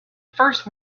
first